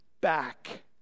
back